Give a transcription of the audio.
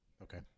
Okay